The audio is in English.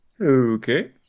Okay